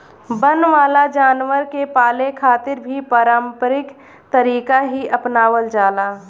वन वाला जानवर के पाले खातिर भी पारम्परिक तरीका ही आपनावल जाला